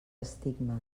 estigmes